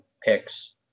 picks